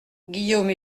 guillaume